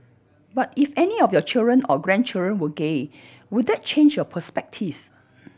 but if any of your children or grandchildren were gay would that change your perspective